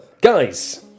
guys